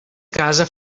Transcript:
casa